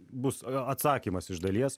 bus atsakymas iš dalies